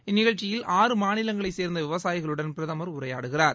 இந்நிகழ்ச்சியல் ஆறு மாநிலங்களைச் சேர்ந்த விவசாயிகளுடன் பிரதமர் உரையாடவுள்ளார்